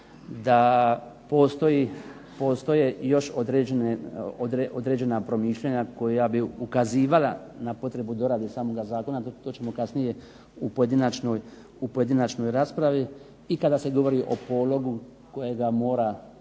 da postoje još određena promišljanja koja bi ukazivala na potrebu dorade samoga zakona, to ćemo kasnije u pojedinačnoj raspravi, i kada se govori o pologu kojega mora